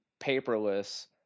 paperless